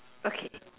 okay